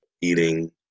eating